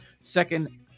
Second